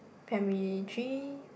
primary three